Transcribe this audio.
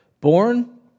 Born